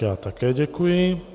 Já také děkuji.